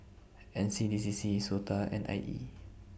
N C D C C Sota and I E